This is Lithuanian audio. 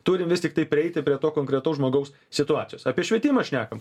turim vis tiktai prieiti prie to konkretaus žmogaus situacijos apie švietimą šnekam